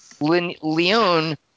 Leon